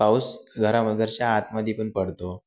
पाऊस घराम घरच्या आतमध्ये पण पडतो